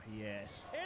Yes